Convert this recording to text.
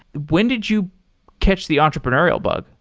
when did you catch the entrepreneurial bug?